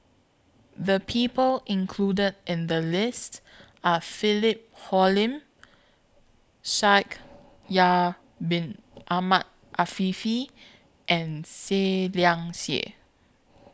The People included in The list Are Philip Hoalim Shaikh Yahya Bin Ahmed Afifi and Seah Liang Seah